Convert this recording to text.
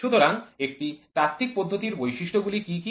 সুতরাং একটি তাত্ত্বিক পদ্ধতির বৈশিষ্ট্যগুলি কী কী